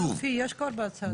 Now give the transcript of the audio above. חלופי יש כבר בהצעת החוק.